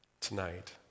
tonight